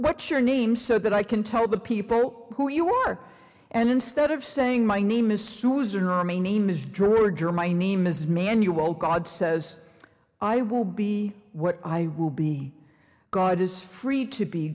what's your name so that i can tell the people who you are and instead of saying my name is susan her may name is drew or germ i name is manual god says i will be what i will be god is free to be